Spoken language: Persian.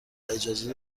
اجازه